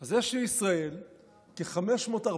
אז יש בישראל כ-540,000,